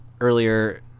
earlier